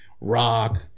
rock